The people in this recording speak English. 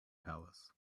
palace